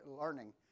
learning